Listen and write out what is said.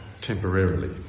temporarily